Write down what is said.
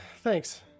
thanks